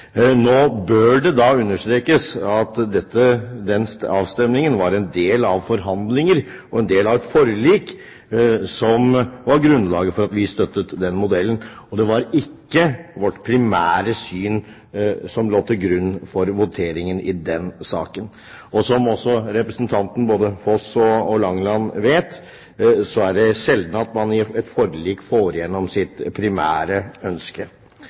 Nå bør det da understrekes at den avstemningen var en del av forhandlinger. Det var en del av et forlik som var grunnlaget for at vi støttet den modellen, og det var ikke vårt primære syn som lå til grunn for voteringen i den saken. Som også representantene Foss og Langeland vet, er det sjelden man i et forlik får gjennom sitt primære ønske.